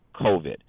COVID